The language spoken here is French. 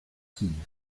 tille